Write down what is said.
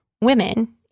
women